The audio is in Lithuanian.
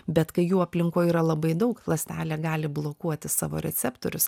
bet kai jų aplinkoj yra labai daug ląstelė gali blokuoti savo receptorius